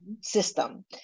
system